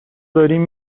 داریم